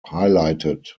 highlighted